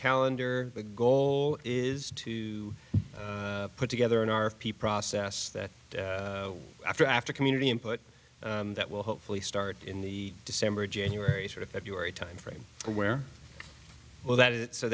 calendar the goal is to put together an r f p process that after after community input that will hopefully start in the december january february timeframe where well that it so